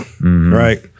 right